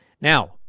Now